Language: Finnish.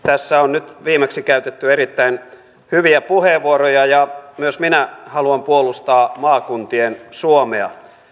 tässä on nyt viimeksi käytetty erittäin hyviä puheenvuoroja ja myös minä haluan puolustaa maakuntien suomea